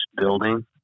building